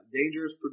dangerous